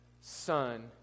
son